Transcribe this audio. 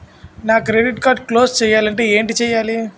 నా credit card close చేయాలంటే ఏంటి చేయాలి?